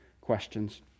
questions